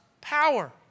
power